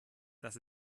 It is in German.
das